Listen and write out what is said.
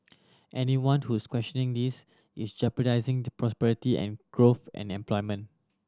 anyone who is questioning this is jeopardising the prosperity and growth and employment